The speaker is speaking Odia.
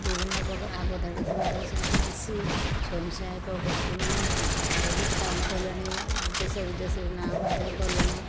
ବିଭିନ୍ନ ପ୍ରକାର ଆଗ ଧାଡ଼ିକୁ ମଧ୍ୟ ସେମାନେ ଆସି ସ୍ଵୟଂ ସହାୟକ ଗୋଷ୍ଠୀମାନେ ବହୁତ କାମ କଲେଣି ଦେଶ ବିଦେଶରେ ନାଁ ମଧ୍ୟ କଲେଣି